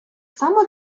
само